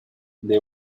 they